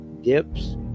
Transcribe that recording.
dips